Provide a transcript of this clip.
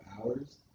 hours